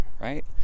Right